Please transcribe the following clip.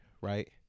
right